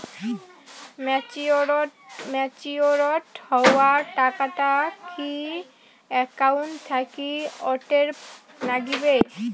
Matured হওয়া টাকাটা কি একাউন্ট থাকি অটের নাগিবে?